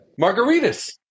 Margaritas